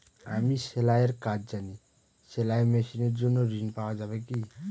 আমি সেলাই এর কাজ জানি সেলাই মেশিনের জন্য ঋণ পাওয়া যাবে কি?